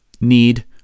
need